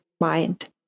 mind